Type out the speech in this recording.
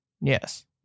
Yes